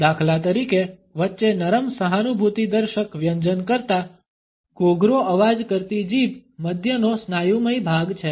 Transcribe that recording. દાખલા તરીકે વચ્ચે નરમ સહાનુભૂતિદર્શક વ્યંજન કરતા ઘોઘરો અવાજ કરતી જીભ મધ્યનો સ્નાયુમય ભાગ છે